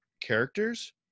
characters